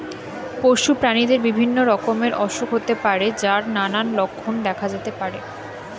পশু প্রাণীদের বিভিন্ন রকমের অসুখ হতে পারে যার নানান লক্ষণ দেখা যেতে পারে